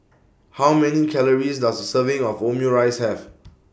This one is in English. How Many Calories Does A Serving of Omurice Have